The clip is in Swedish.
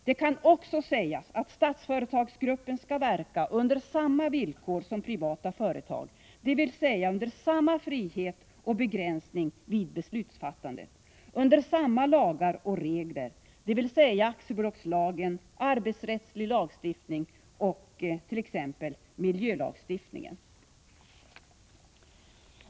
Det kan också sägas att Statsföretagsgruppen skall verka under samma villkor som privata företag, dvs. under samma frihet och begränsning vid beslutsfattandet, under samma lagar och regler, dvs. aktiebolagslagen, arbetsrättslig lagstiftning och t.ex. miljölagstiftningen.